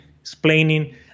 explaining